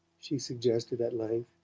she suggested at length,